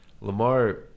Lamar –